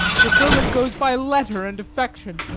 preferment goes by letter and affection,